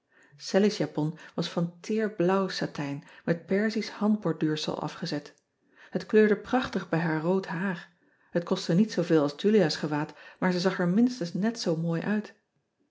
s japon was van teer blauw satijn met erzisch handborduursel afgezet et kleurde prachtig bij haar rood haar hot kostte niet zooveel als ulia s gewaad maar ze zag er minstens net zoo mooi uit